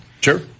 Sure